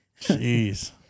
Jeez